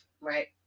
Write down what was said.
Right